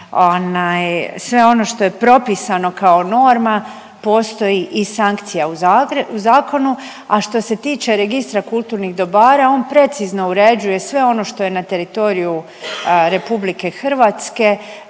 sve ono što je propisano kao norma, postoji i sankcija u zakonu. A što se tiče Registra kulturnih dobara on precizno uređuje sve ono što je na teritoriju RH, obilježja